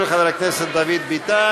של חבר הכנסת דוד ביטן,